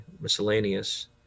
miscellaneous